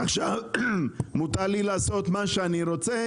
ועכשיו מותר לי לעשות מה שאני רוצה,